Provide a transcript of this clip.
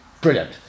brilliant